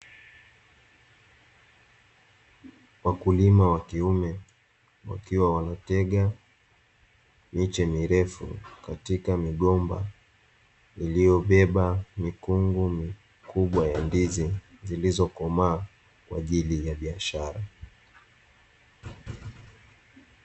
Wakulima wa kiume wakiwa wametega miche mirefu katika migomba iliyobeba mikungu mikubwa ya ndizi zilizo komaa kwaajili ya biashara.